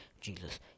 jesus